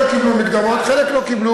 חלק גדול קיבלו מקדמות, חלק לא קיבלו.